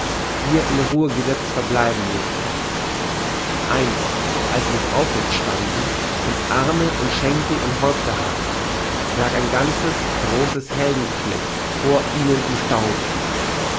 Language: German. hier in ruhe gesezt verbleiben müssen einst als sie noch aufrecht standen und arme und schenkel und häupter hatten lag ein ganzes großes heldengeschlecht vor ihnen im staube